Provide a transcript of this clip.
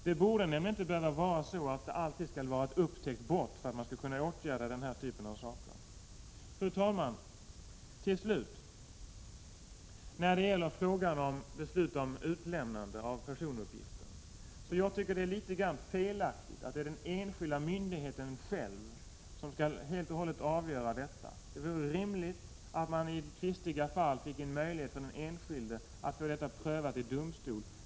Det borde nämligen inte alltid behöva vara fråga om ett upptäckt brott för att man skall kunna åtgärda sådana här saker. Fru talman! Till slut vill jag säga att jag när det gäller utlämnande av personuppgifter tycker att det är felaktigt att den enskilda myndigheten själv helt och hållet skall fatta beslut härom. Det vore rimligt att det i tvistiga fall fanns en möjlighet för den enskilde att få detta prövat vid domstol.